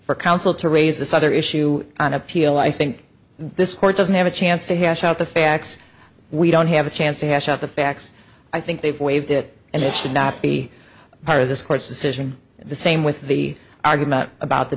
for counsel to raise the southern issue on appeal i think this court doesn't have a chance to hash out the facts we don't have a chance to hash out the facts i think they've waived it and they should not be part of this court's decision the same with the argument about the